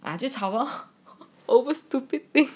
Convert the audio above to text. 啊就吵 lor over stupid things